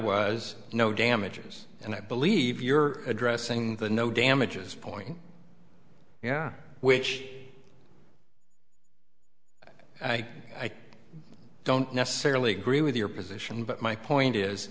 was no damages and i believe you're addressing the no damages point yeah which i don't necessarily agree with your position but my point is